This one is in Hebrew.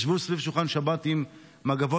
ישבו סביב שולחן שבת עם מגבות